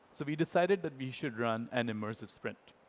so we decided that we should run an immersive sprint.